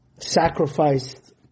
Sacrificed